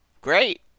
Great